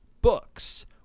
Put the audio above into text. books